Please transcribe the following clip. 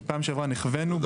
כי פעם שעברה נכווינו.